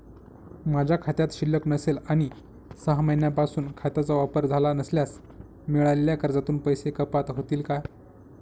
माझ्या खात्यात शिल्लक नसेल आणि सहा महिन्यांपासून खात्याचा वापर झाला नसल्यास मिळालेल्या कर्जातून पैसे कपात होतील का?